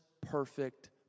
perfect